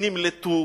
שנמלטו,